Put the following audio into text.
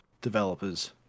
developers